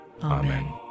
Amen